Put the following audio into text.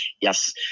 yes